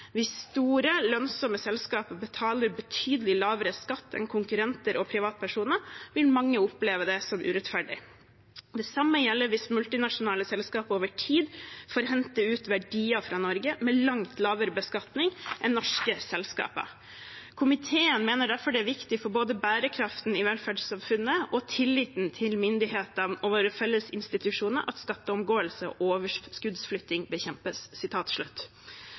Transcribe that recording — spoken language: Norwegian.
Hvis store, lønnsomme selskaper betaler betydelig lavere skatt enn konkurrenter og privatpersoner, vil mange oppleve dette som urettferdig. Det samme gjelder hvis multinasjonale selskaper over tid får hente ut verdier fra Norge med langt lavere beskatning enn norske selskaper. Komiteen mener derfor det er viktig for både bærekraften i velferdssamfunnet og tilliten til myndighetene og våre felles institusjoner at skatteomgåelse og overskuddsflytting bekjempes.»